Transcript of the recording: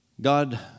God